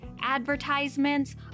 advertisements